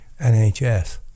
NHS